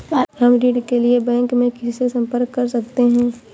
हम ऋण के लिए बैंक में किससे संपर्क कर सकते हैं?